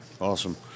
Awesome